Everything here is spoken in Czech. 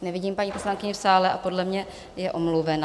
Nevidím paní poslankyni v sále a podle mě je omluvena.